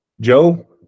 Joe